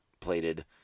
plated